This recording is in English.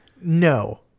No